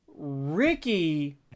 ricky